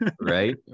Right